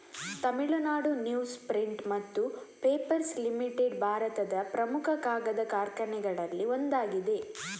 Tamil Nadu newsprint ಮತ್ತು papers limited ಭಾರತದ ಪ್ರಮುಖ ಕಾಗದ ಕಾರ್ಖಾನೆಗಳಲ್ಲಿ ಒಂದಾಗಿದೆ